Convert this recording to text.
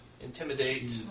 intimidate